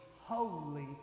holy